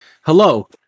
Hello